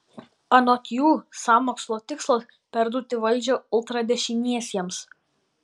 anot jų sąmokslo tikslas perduoti valdžią ultradešiniesiems